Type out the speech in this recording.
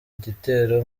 igitero